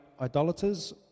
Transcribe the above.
idolaters